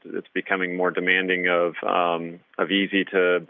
it's becoming more demanding of of easy-to-buy,